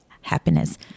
happiness